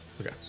Okay